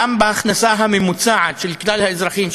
גם בהכנסה הממוצעת של כלל האזרחים,